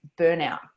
burnout